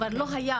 כבר לא היה.